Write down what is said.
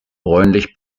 bräunlich